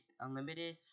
unlimited